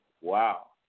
wow